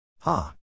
Ha